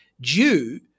due